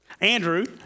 Andrew